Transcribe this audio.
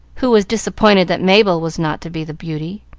who was disappointed that mabel was not to be the beauty.